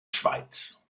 schweiz